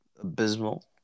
abysmal